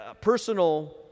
personal